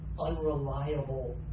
unreliable